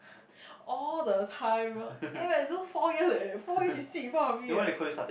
all the time lor eh those four years eh four years she sit in front of me eh